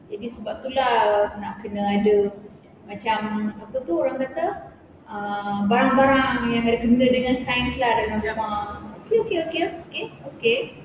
tapi sebab tu lah nak kena ada macam apa tu orang kata uh barang-barang yang ada kena-mengena dengan sains lah okay okay okay okay okay